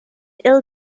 ill